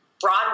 broadway